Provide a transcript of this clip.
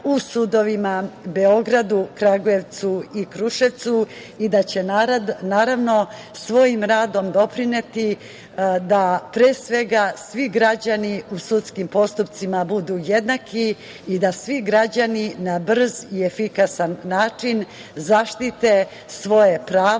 u sudovima u Beogradu, Kragujevcu i Kruševcu i da će, naravno, svojim radom doprineti da, pre svega, svi građani u sudskim postupcima budu jednaki i da svi građani na brz i efikasan način zaštite svoje pravo